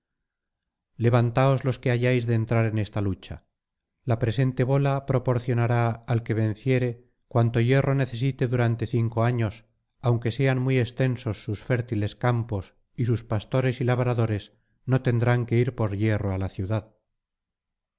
levantaos los que hayáis de entrar en esta lucha la presente bola proporcionará al que venciere cuanto hierro necesite durante cinco años aunque sean muy extensos sus fértiles campos y sus pastores y labradores no tendrán que ir por hierro á la ciudad